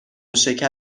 شکر